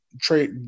trade